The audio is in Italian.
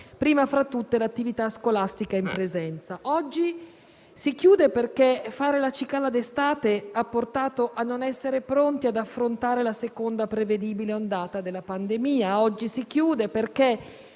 prima fra tutte le attività scolastiche in presenza. Oggi si chiude perché fare la cicala d'estate ha portato a non essere pronti ad affrontare la seconda prevedibile ondata della pandemia. Oggi si chiude perché